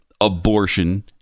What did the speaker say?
abortion